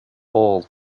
all